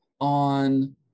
on